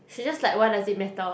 she just like why does it matter